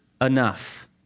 enough